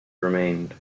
remained